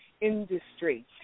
industry